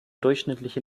durchschnittliche